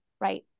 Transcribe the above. right